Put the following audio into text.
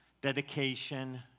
dedication